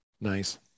Nice